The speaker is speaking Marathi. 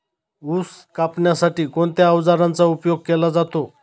ऊस कापण्यासाठी कोणत्या अवजारांचा उपयोग केला जातो?